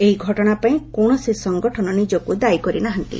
ଏହି ଘଟଣା ପାଇଁ କୌଣସି ସଂଗଠନ ନିଜକୁ ଦାୟୀ କରିନାହାନ୍ତି